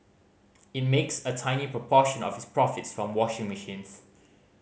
it makes a tiny proportion of its profits from washing machines